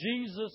Jesus